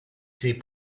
ses